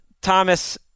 Thomas